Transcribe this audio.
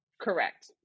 Correct